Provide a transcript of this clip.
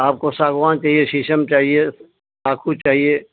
آپ کو ساگوان چاہیے شیشم چاہیے کاقو چاہیے